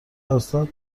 هستند